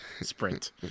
sprint